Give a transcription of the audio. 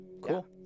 Cool